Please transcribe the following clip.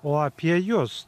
o apie jus